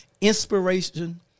inspiration